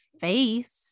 face